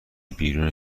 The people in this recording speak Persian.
بیرون